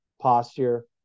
posture